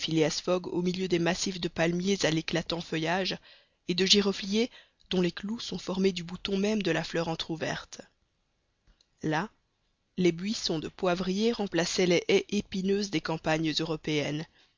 au milieu des massifs de palmiers à l'éclatant feuillage et de girofliers dont les clous sont formés du bouton même de la fleur entrouverte là les buissons de poivriers remplaçaient les haies épineuses des campagnes européennes